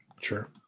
Sure